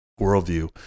worldview